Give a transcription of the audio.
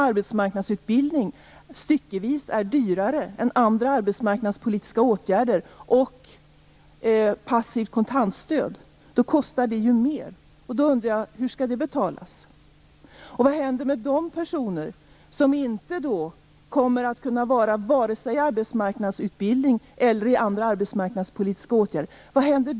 Arbetsmarknadsutbildning är ju styckvis dyrare än andra arbetsmarknadspolitiska åtgärder och passivt kontantstöd. Då undrar jag: Hur skall det betalas? Och vad händer med de personer som med ert förslag inte kommer att vare sig kunna gå på arbetsmarknadsutbildning eller delta i andra arbetsmarknadspolitiska åtgärder.